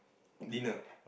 dinner